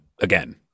again